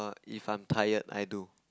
if I am tired I do